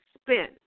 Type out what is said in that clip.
spin